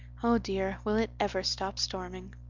oh, dear, will it ever stop storming.